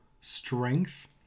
strength